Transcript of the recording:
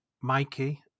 mikey